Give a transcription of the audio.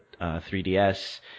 3DS